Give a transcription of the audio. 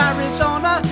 Arizona